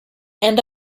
and